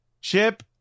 Chip